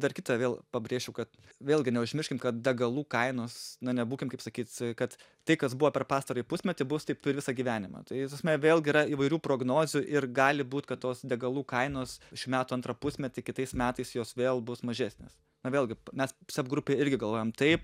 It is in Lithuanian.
dar kita vėl pabrėšiu kad vėlgi neužmirškim kad degalų kainos na nebūkim kaip sakyt kad tai kas buvo per pastarąjį pusmetį bus taip ir visą gyvenimą tai prasme vėlgi yra įvairių prognozių ir gali būt kad tos degalų kainos šių metų antrą pusmetį kitais metais jos vėl bus mažesnės na vėlgi mes seb grupė irgi galvojam taip